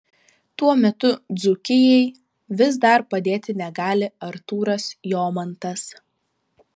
tuo metu dzūkijai vis dar padėti negali artūras jomantas